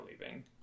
leaving